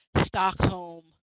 Stockholm